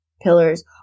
pillars